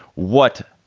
what?